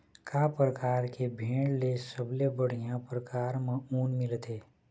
का परकार के भेड़ ले सबले बढ़िया परकार म ऊन मिलथे?